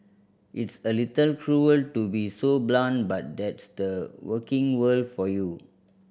it's a little cruel to be so blunt but that's the working world for you